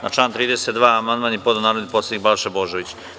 Na član 32. amandman je podneo narodni poslanik Balša Božović.